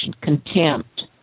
Contempt